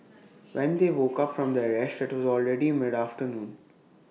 when they woke up from their rest IT was already mid afternoon